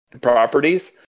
properties